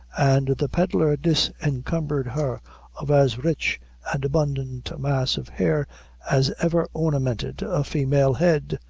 and the pedlar disencumbered her of as rich and abundant a mass of hair as ever ornamented a female head.